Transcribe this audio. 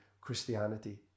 Christianity